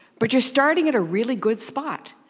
but you're starting at a really good spot.